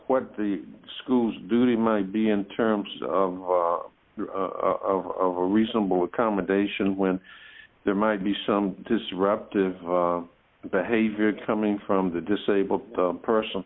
what the school's duty might be in terms of reasonable accommodation when there might be some disruptive behavior coming from the disabled person